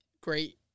great